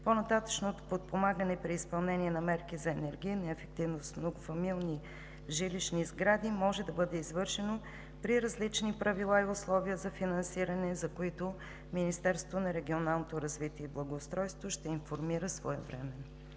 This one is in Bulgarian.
По-нататъшното подпомагане при изпълнение на мерки за енергийна ефективност в многофамилни жилищни сгради може да бъде извършено при различни правила и условия за финансиране, за които Министерството на регионалното развитие и благоустройството ще информира своевременно.